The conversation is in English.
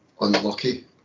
unlucky